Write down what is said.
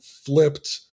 flipped